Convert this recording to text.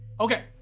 Okay